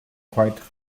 quite